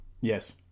Yes